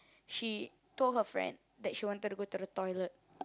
she told her friend that she wanted to go to the toilet